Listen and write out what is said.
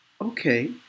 Okay